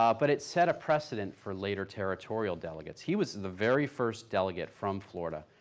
ah but it set a precedent for later territorial delegates. he was the very first delegate from florida,